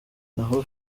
naho